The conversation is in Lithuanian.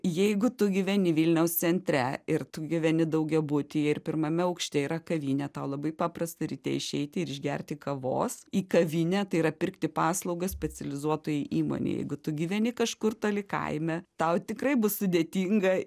jeigu tu gyveni vilniaus centre ir tu gyveni daugiabutyje ir pirmame aukšte yra kavinė tau labai paprasta ryte išeiti ir išgerti kavos į kavinę tai yra pirkti paslaugą specializuotoj įmonėj jeigu tu gyveni kažkur toli kaime tau tikrai bus sudėtinga